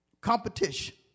competition